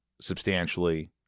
substantially